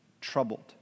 troubled